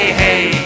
hey